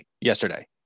yesterday